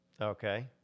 Okay